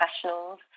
professionals